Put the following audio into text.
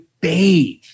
bathe